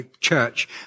church